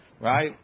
right